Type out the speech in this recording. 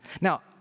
Now